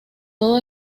todo